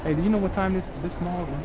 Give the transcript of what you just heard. ah do you know what time this this mall